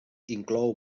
inclou